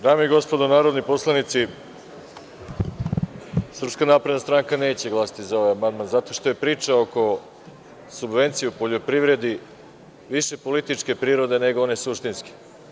Dame i gospodo narodni poslanici, SNS neće glasati za ovaj amandman zato što je priča oko subvencija u poljoprivredi više političke prirode, nego one suštinske.